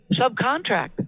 subcontract